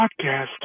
podcast